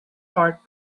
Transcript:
heart